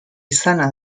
izana